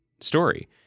story